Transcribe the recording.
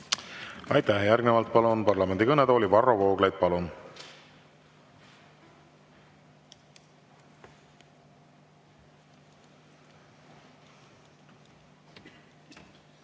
Aitäh! Järgnevalt palun parlamendi kõnetooli Varro Vooglaiu.